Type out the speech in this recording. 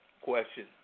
question